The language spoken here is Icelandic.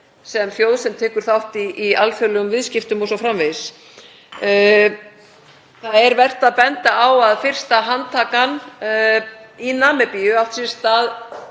sem þjóðar sem tekur þátt í alþjóðlegum viðskiptum o.s.frv. Það er vert að benda á að fyrsta handtakan í Namibíu átt sér stað